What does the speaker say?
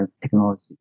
technology